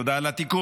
תודה על התיקון.